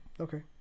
okay